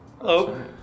Hello